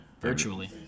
Virtually